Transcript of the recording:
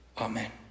Amen